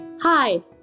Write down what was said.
Hi